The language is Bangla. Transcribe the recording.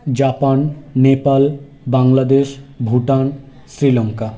জাপান নেপাল বাংলাদেশ ভুটান শ্রীলঙ্কা